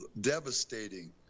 devastating